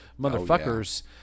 motherfuckers